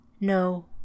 No